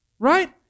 right